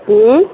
ହୁଁ